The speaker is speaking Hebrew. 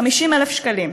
50,000 שקלים.